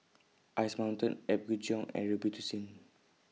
Ice Mountain Apgujeong and Robitussin